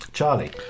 Charlie